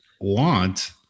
want